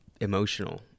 emotional